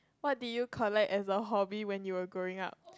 what did you collect as a hobby when you were growing up